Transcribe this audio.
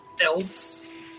else